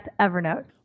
Evernote